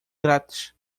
grátis